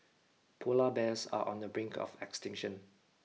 polar bears are on the brink of extinction